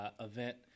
event